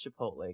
Chipotle